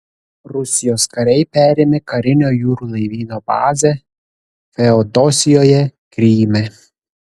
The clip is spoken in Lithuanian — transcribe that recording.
rusijos kariai perėmė karinio jūrų laivyno bazę feodosijoje kryme